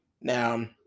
Now